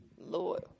lord